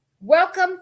welcome